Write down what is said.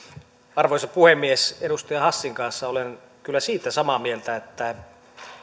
arvoisa puhemies edustaja hassin kanssa olen kyllä siitä samaa mieltä että